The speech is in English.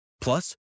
Plus